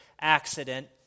accident